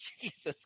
Jesus